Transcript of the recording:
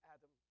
Adam